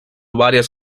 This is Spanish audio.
varias